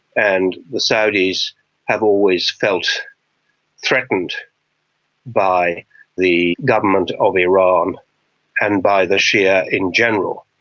and the saudis have always felt threatened by the government of iran and by the shia in general.